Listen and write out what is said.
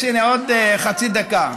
אז אני מבקש עוד חצי דקה.